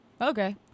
okay